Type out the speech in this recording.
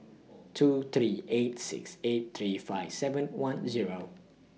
two three eight six eight three five seven one Zero